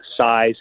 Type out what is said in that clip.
size